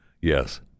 Yes